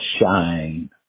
shine